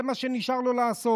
זה מה שנשאר לו לעשות.